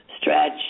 stretch